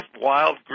wild